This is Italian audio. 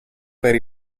per